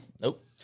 Nope